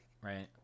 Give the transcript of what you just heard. right